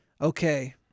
okay